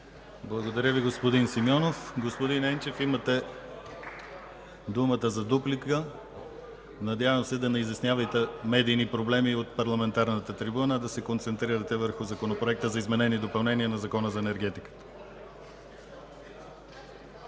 Благодаря Ви, господин Симеонов. Господин Енчев, имате думата за дуплика. Надявам се да не изяснявате медийни проблеми от парламентарната трибуна, а да се концентрирате върху Законопроекта за изменение и допълнение на Закона за енергетиката.